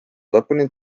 lõpuni